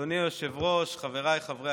אדוני היושב-ראש, חבריי חברי